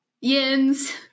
Yins